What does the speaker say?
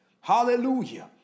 hallelujah